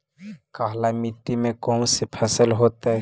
काला मिट्टी में कौन से फसल होतै?